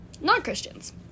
non-Christians